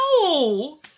No